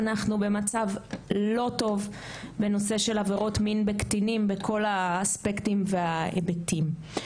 אנחנו במצב לא טוב בנושא של עבירות מין בקטינים בכל האספקטים וההיבטים.